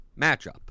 matchup